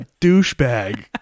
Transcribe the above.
douchebag